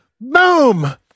Boom